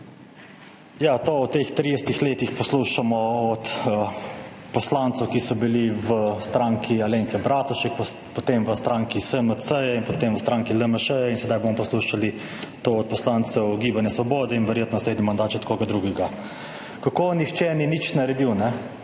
To v teh 30 letih poslušamo od poslancev, ki so bili v Stranki Alenke Bratušek, potem v stranki SMC in potem v stranki LMŠ, sedaj bomo pa to poslušali od poslancev Gibanja Svoboda in verjetno naslednji mandat še od koga drugega, kako nihče ni nič naredil,